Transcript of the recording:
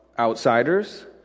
outsiders